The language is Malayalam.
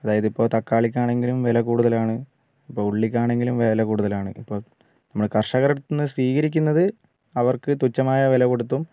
അതായതിപ്പോൾ തക്കാളിക്ക് ആണെങ്കിലും വില കൂടുതലാണ് അപ്പോൾ ഉള്ളിക്കാണെങ്കിലും വില കൂടുതലാണ് അപ്പോൾ നമ്മുടെ കര്ഷകരെ അടുത്തുനിന്ന് സ്വീകരിക്കുന്നത് അവര്ക്ക് തുച്ഛമായ വില കൊടുത്തും